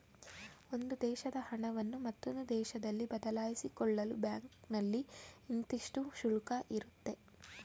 ಒಂದು ದೇಶದ ಹಣವನ್ನು ಮತ್ತೊಂದು ದೇಶದಲ್ಲಿ ಬದಲಾಯಿಸಿಕೊಳ್ಳಲು ಬ್ಯಾಂಕ್ನಲ್ಲಿ ಇಂತಿಷ್ಟು ಶುಲ್ಕ ಇರುತ್ತೆ